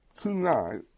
tonight